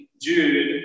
Jude